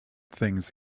things